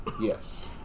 Yes